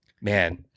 man